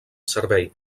servei